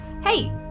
Hey